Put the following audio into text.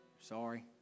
sorry